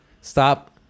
stop